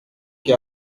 qui